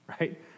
Right